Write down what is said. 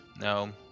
No